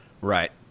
right